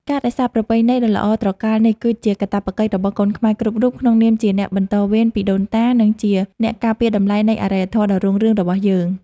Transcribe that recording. ការរក្សាប្រពៃណីដ៏ល្អត្រកាលនេះគឺជាកាតព្វកិច្ចរបស់កូនខ្មែរគ្រប់រូបក្នុងនាមជាអ្នកបន្តវេនពីដូនតា ឬជាអ្នកការពារតម្លៃនៃអរិយធម៌ដ៏រុងរឿងរបស់យើង។